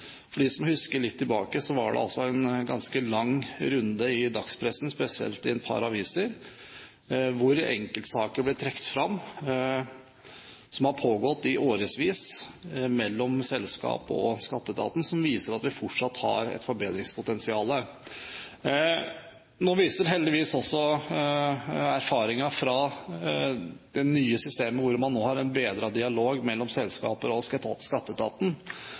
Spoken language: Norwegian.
seg de virkelighetsbeskrivelsene man får. For dem som husker litt tilbake: Det var en ganske lang runde i dagspressen, spesielt i et par aviser, hvor det ble trukket fram enkeltsaker som har pågått i årevis mellom selskap og Skatteetaten, noe som viser at vi fortsatt har et forbedringspotensial. Nå viser heldigvis erfaringen fra det nye systemet, hvor man har en bedret dialog mellom selskaper og Skatteetaten,